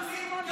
הבטחת משילות,